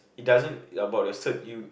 it doesn't about the cert you